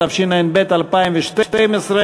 התשע"ב 2012,